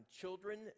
children